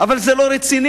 אבל זה לא רציני,